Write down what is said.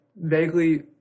vaguely